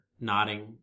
nodding